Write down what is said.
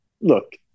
look